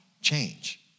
change